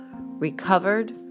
recovered